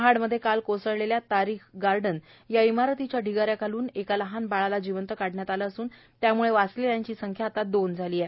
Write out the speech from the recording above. महाडमध्ये काल कोसळलेल्या तारीक गार्डन या इमारतीच्या ढिगाऱ्याखालून नुकतंच एका लहान म्लाला जिवंत बाहेर काढलं असून त्यामुळे वाचलेल्यांची संख्या आता दोन झाली आहे